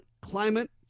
climate